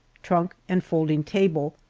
trunk, and folding table,